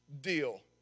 deal